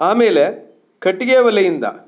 ಆಮೇಲೆ ಕಟ್ಟಿಗೆ ಒಲೆಯಿಂದ